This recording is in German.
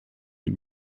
den